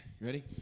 Ready